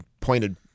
pointed